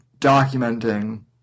documenting